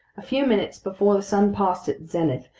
a few minutes before the sun passed its zenith,